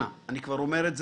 אנא, אני כבר אומר מראש,